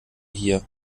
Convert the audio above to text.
hier